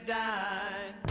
die